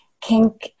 kink